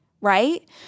right